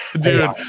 dude